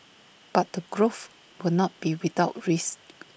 but the growth will not be without risk